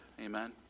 Amen